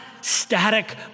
static